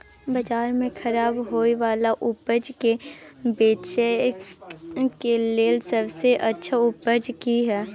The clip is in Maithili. बाजार में खराब होय वाला उपज के बेचय के लेल सबसे अच्छा उपाय की हय?